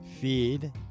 feed